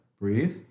Breathe